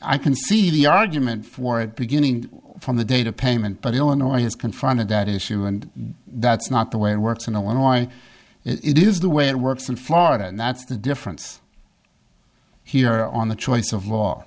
i can see the argument for it beginning from the data payment but illinois has confronted that issue and that's not the way it works in illinois it is the way it works in florida and that's the difference here on the choice of law